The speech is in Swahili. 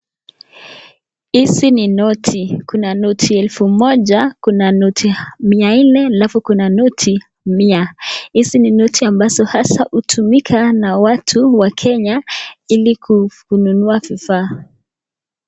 Hizi ni noti. Kuna noti ya elfu moja, kuna noti mia nne, alafu kuna noti mia. Hizi ni noti ambazo hasaa hutumika na watu wa Kenya ili kununua vifaa.